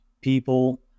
people